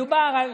מדובר על